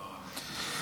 ונאמר אמן.